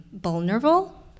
vulnerable